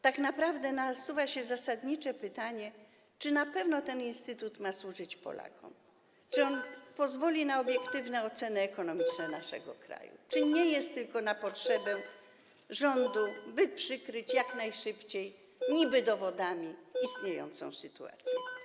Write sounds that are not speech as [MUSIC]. Tak naprawdę nasuwa się zasadnicze pytanie: Czy na pewno ten instytut ma służyć Polakom, czy on pozwoli na obiektywne [NOISE] oceny ekonomiczne naszego kraju, czy nie jest utworzony tylko na potrzeby rządu, by przykryć jak najszybciej niby-dowodami prawdę o istniejącej sytuacji?